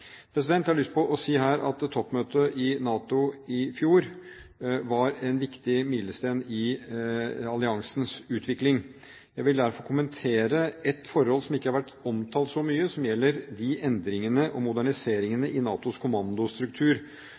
Jeg har lyst til å si her at toppmøtet i NATO i fjor var en viktig milepæl i alliansens utvikling. Jeg vil derfor kommentere et forhold som ikke har vært omtalt så mye, som gjelder de endringene og moderniseringene i NATOs kommandostruktur